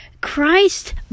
Christ